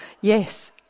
Yes